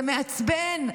זה מעצבן,